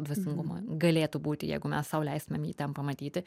dvasingumo galėtų būti jeigu mes sau leistumėm jį ten pamatyti